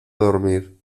dormir